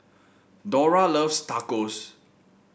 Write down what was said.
Dora loves Tacos